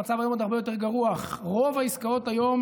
המצב היום עוד הרבה יותר גרוע: רוב העסקאות היום,